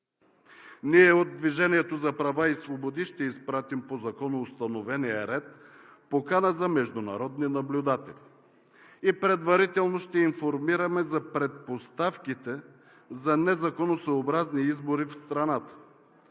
Ние от „Движението за права и свободи“ ще изпратим по законоустановения ред покана за международни наблюдатели. Предварително ще ги информираме за предпоставките за незаконосъобразни избори в страната.